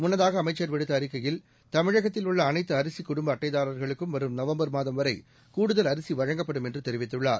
முன்னதாக அமைச்சர் விடுத்த அறிக்கையில் தமிழகத்தில் உள்ள அனைத்து அரிசி குடும்ப அட்டைதாரர்களுக்கும் வரும் நவம்பர் மாதம் வரை கூடுதல் அரிசி வழங்கப்படும் என்று தெரிவித்துள்ளார்